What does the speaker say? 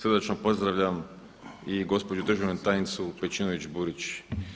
Srdačno pozdravljam i gospođu državnu tajnicu Pejčinović-Burić.